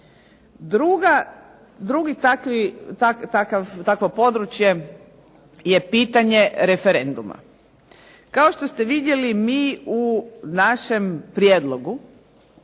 Drugi takvo područje je pitanje referenduma. Kao što ste vidjeli mi u našem prijedlogu,